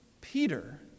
Peter